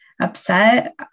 Upset